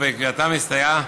ובקביעתם הסתייעה